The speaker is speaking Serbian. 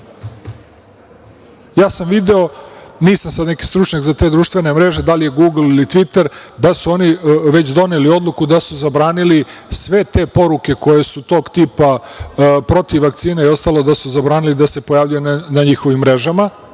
sam, nisam sada neki stručnjak za te društvene mreže, da li je „gugl“ ili „tviter“, da su oni već doneli odluku da su zabranili sve te poruke koje su tog tipa protiv vakcine i ostalo, da su zabranili da se pojavljuje na njihovim mrežama.